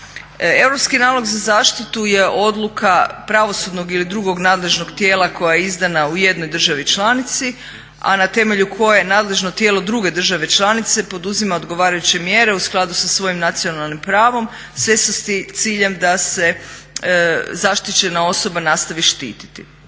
Europski nalog za zaštitu je odluka pravosudnog ili drugog nadležnog tijela koja je izdana u jednoj državi članici, a na temelju koje je nadležno tijelo druge države članice poduzima odgovarajuće mjere u skladu sa svojim nacionalnim pravom sve s ciljem da se zaštićena osoba nastavi štititi.